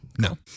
No